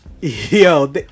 Yo